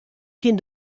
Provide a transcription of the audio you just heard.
kin